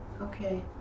Okay